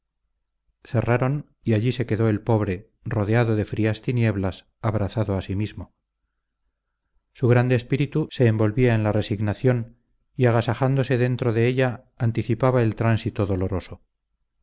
cerraron y allí se quedó el pobre rodeado de frías tinieblas abrazado a sí mismo su grande espíritu se envolvía en la resignación y agasajándose dentro de ella anticipaba el tránsito doloroso